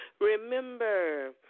Remember